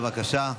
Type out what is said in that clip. בבקשה.